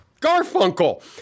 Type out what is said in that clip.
Garfunkel